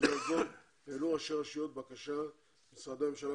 בישיבה זו העלו ראשי הרשויות בקשה למשרדי הממשלה